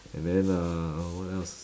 and then uh what else